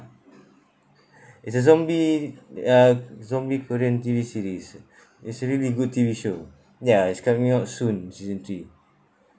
it's a zombie uh zombie korean T_V series it's really good T_V show ya it's coming out soon season three